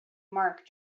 mark